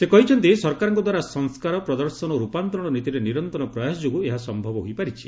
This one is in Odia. ସେ କହିଛନ୍ତି ସରକାରଙ୍କ ଦ୍ୱାରା ସଂସ୍କାର ପ୍ରଦର୍ଶନ ଓ ରୁପାନ୍ତରଣ ନୀତିରେ ନିରନ୍ତର ପ୍ରୟାସ ଯୋଗୁଁ ଏହା ସମ୍ଭବ ହୋଇପାରିଛି